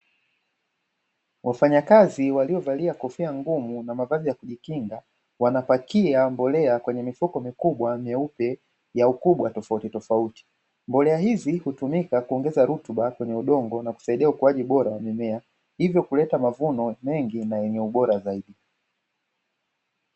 Wafanyakazi waliovalia kofia ngumu na mavazi ya kujikinga, wanapakia mbolea kwenye mifuko mikubwa meupe, ya ukubwa tofautitofauti. Mbolea hizi hutumika kuongeza rutuba kwenye udongo na kusaidia ukuaji bora wa mimea hivyo kuleta mavuno mengi na yenye ubora zaidi.